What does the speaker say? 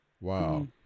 Wow